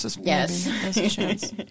Yes